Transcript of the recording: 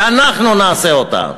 שאנחנו נעשה אותה.